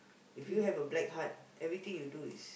if you have a black heart everything you do is